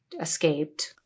escaped